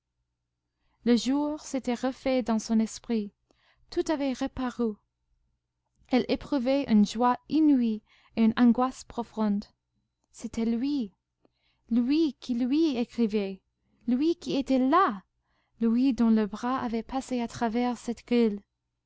le jour s'était refait dans son esprit tout avait reparu elle éprouvait une joie inouïe et une angoisse profonde c'était lui lui qui lui écrivait lui qui était là lui dont le bras avait passé à travers cette grille